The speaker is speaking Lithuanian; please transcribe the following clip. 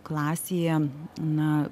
klasėje na